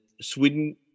Sweden